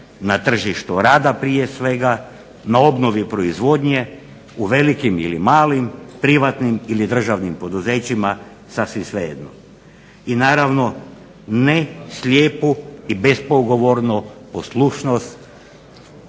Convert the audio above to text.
na tržištu rada prije svega, na obnovi proizvodnje u velikim ili malim privatnim ili državnim poduzećima sasvim svejedno. I naravno ne slijepu i bespogovornu poslušnost